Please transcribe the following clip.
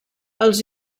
els